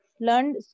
learned